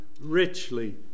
richly